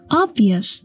obvious